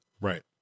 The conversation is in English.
right